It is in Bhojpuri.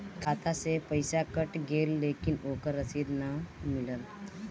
खाता से पइसा कट गेलऽ लेकिन ओकर रशिद न मिलल?